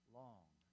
long